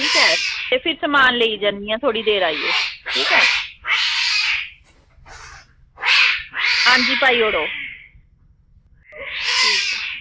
ठीक ऐ ते फिर समान लेई जन्नी आं आइयै ठीक ऐ हां जी पाी ओड़ो ठीक ऐ